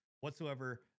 whatsoever